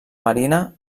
marina